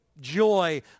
Joy